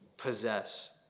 possess